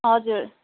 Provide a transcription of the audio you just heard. हजुर